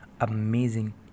amazing